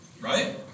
Right